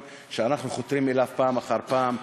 שאנחנו חותרים אליו פעם אחר פעם.